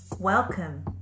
Welcome